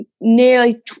nearly